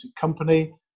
company